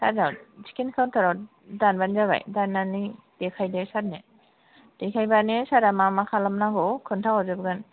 सारनाव टिकिट कावनटारयाव दानबानो जाबाय दाननानै देखायदो सारनो देखायबानो सारा मा मा खालामनांगौ खोनथाहरजोबगोन